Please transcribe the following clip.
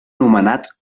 nomenat